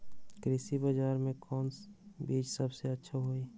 कृषि बजार में कौन चीज सबसे अच्छा होई?